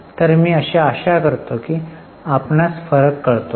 तर मी आशा करतो आपणास फरक कळतो आहे